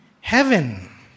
heaven